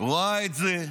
רואה את זה,